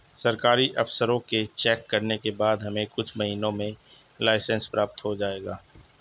सरकारी अफसरों के चेक करने के बाद हमें कुछ महीनों में लाइसेंस प्राप्त हो जाएगा